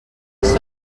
psoe